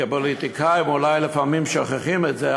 כפוליטיקאים אולי לפעמים שוכחים את זה,